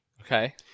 okay